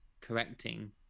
correcting